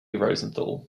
rosenthal